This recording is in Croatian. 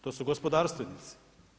To su gospodarstvenici.